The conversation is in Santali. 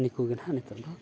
ᱱᱤᱠᱩᱜᱮ ᱱᱟᱜ ᱱᱤᱛᱚᱜ ᱫᱚ